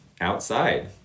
outside